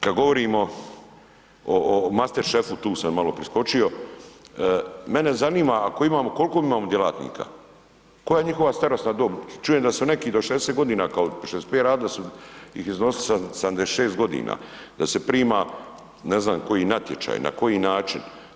Kad govorimo o mastechefu, tu sam malo priskočio, mene zanima ako imamo, koliko imamo djelatnika, koja je njihova starosna dob, čujem da su neki do 60 godina, kao 65 radili, da su ih iznosili sa 76 godina, da se prima ne znam koji natječaj, na koji način.